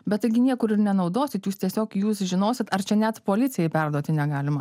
bet taigi niekur ir nenaudosit jūs tiesiog jūs žinosit ar čia net policijai perduoti negalima